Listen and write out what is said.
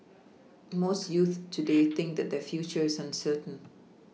most youths today think that their future is uncertain